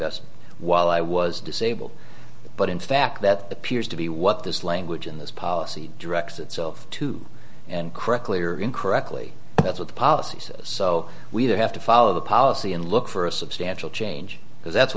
best while i was disabled but in fact that appears to be what this language in this policy directs itself to and correctly or incorrectly that's what the policies so we do have to follow the policy and look for a substantial change because that's